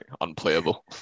unplayable